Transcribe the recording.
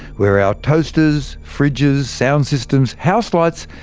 where our toasters, fridges, sound systems, house lights,